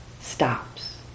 stops